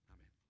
Amen